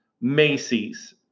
Macy's